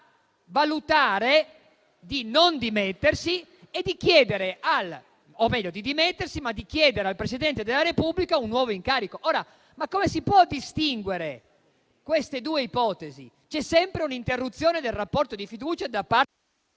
o meglio di dimettersi ma di chiedere al Presidente della Repubblica un nuovo incarico. Come si può distinguere queste due ipotesi? C'è sempre un'interruzione del rapporto di fiducia da parte...